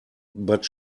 but